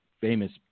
famous